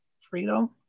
freedom